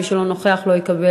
מי שאינו נוכח לא יקבל